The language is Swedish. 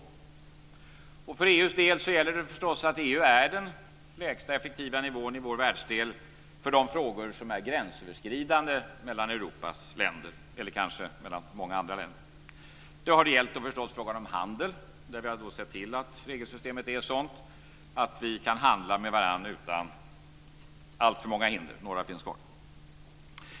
För Folkpartiets del gäller det förstås att EU är den lägsta effektiva nivån i vår världsdel för de frågor som är gränsöverskridande mellan Europas länder, eller kanske mellan många andra länder. Det har gällt frågan om handel, där vi har sett till att regelsystemet är sådant att vi kan handla med varandra utan alltför många hinder - några finns kvar.